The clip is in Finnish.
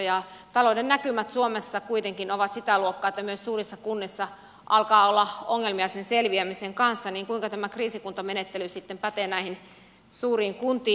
kun talouden näkymät suomessa kuitenkin ovat sitä luokkaa että myös suurissa kunnissa alkaa olla ongelmia sen selviämisen kanssa niin kuinka tämä kriisikuntamenettely sitten pätee näihin suuriin kuntiin